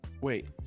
Wait